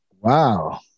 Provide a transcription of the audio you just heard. Wow